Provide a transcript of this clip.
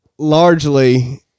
largely